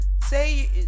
say